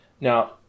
Now